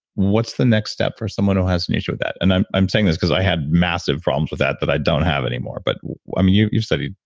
what's the next step for someone who has an issue with that? and i'm i'm saying this because i had massive problems with that, that i don't have anymore. but i mean you, you've studied,